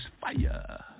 fire